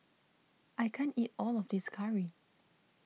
I can't eat all of this Curry